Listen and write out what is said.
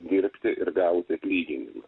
dirbti ir gauti atlyginimą